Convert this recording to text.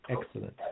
Excellent